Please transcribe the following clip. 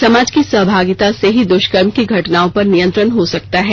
समाज की सहभागिता से ही दुष्कर्म की घटनाओं पर नियंत्रण हो सकता है